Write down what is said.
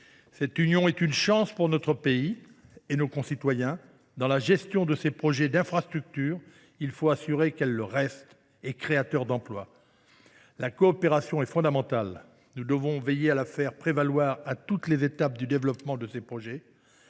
Cette union est une chance pour notre pays et nos concitoyens. Dans la gestion de ces projets d’infrastructures, il faut nous assurer qu’elle le reste et qu’elle soit créatrice d’emplois. La coopération est fondamentale. Nous devons veiller à la faire prévaloir à toutes les étapes du développement de ces projets.